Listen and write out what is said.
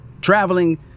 traveling